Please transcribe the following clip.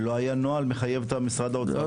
לא היה נוהל מחייב את משרד האוצר.